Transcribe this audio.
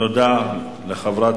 תודה לחברת